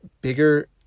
bigger